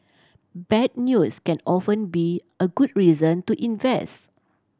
bad news can often be a good reason to invest